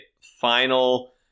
final